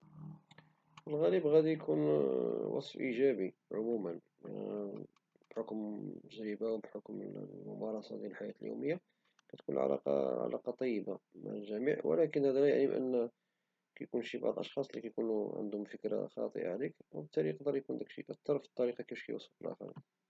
في الغالب غيكون وصف إيجابي عموما بحكم التجربة وبحكم الممارسة ديال الحياة اليومية كتكون العلاقة علاقة طيبة، ولكن هذا لا يعني يكونو بعض الأشخاص لي عندهم فكرة خاطئة عليك وبالتلي تقدر تأثر في الطريقة كيفاش كيوصفوك للآخرين.